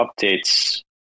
updates